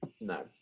no